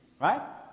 Right